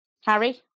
harry